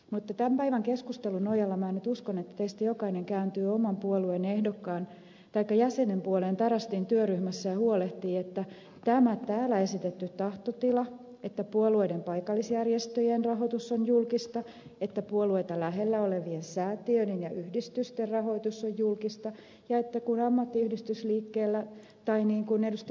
mutta tämän päivän keskustelun nojalla uskon että teistä jokainen kääntyy oman puolueensa jäsenen puoleen tarastin työryhmässä ja huolehtii siitä että toteutuu tämä täällä esitetty tahtotila että puolueiden paikallisjärjestöjen rahoitus on julkista ja puolueita lähellä olevien säätiöiden ja yhdistysten rahoitus on julkista ja kun ammattiyhdistysliikkeellä tai niin kuin ed